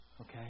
Okay